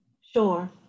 Sure